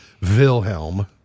Wilhelm